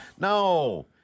No